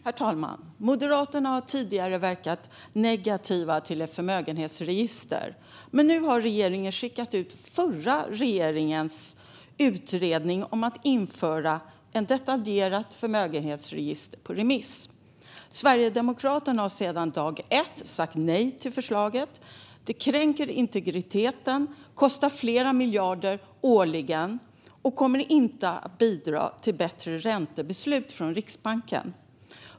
Herr talman! Moderaterna har tidigare verkat vara negativa till ett förmögenhetsregister, men nu har regeringen skickat ut den förra regeringens utredning om att införa ett detaljerat förmögenhetsregister på remiss. Sverigedemokraterna har sedan dag ett sagt nej till förslaget. Det kränker integriteten, kostar flera miljarder årligen och kommer inte att bidra till bättre räntebeslut från Riksbanken.